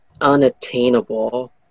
unattainable